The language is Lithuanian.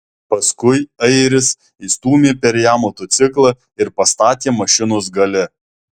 paskui airis įstūmė per ją motociklą ir pastatė mašinos gale